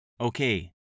Okay